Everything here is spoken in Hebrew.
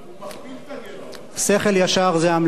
שכל ישר זאת המלצה, זה לא החלטה של,